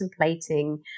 contemplating